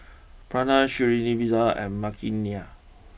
Pranav Srinivasa and Makineni